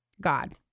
God